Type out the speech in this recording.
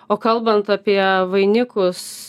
o kalbant apie vainikus